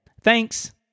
Thanks